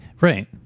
Right